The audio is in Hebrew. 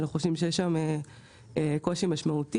אנחנו חושבים שיש שם קושי משמעותי,